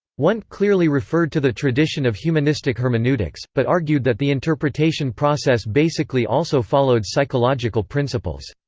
wundt clearly referred to the tradition of humanistic hermeneutics, but argued that the interpretation process basically also followed psychological principles.